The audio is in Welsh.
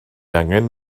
angen